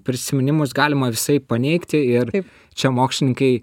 prisiminimus galima visaip paneigti ir čia mokslininkai